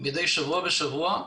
מדי שבוע בשבוע,